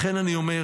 לכן אני אומר: